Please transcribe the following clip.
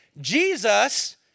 Jesus